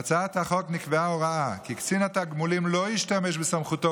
בהצעת החוק נקבעה הוראה כי קצין התגמולים לא ישתמש בסמכותו